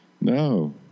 No